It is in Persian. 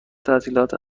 تعطیلات